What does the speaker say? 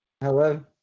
hello